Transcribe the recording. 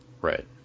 Right